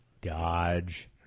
Dodge